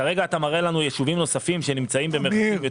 ואמרנו שאם הכביש היה סגור, נוכל להכיר בהם.